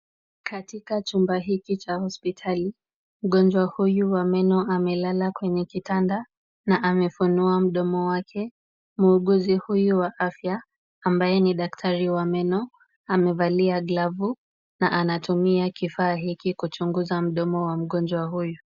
Katika chumba hiki cha hospitali, mgonjwa huyu wa meno amelala kwenye kitanda na amefunua mdomo wake. Muuguzi huyu wa afya ambaye ni daktari wa meno amevalia glavu na anatumia kifaa hiki kuchunguza mdomo wa mgonjwa huyu.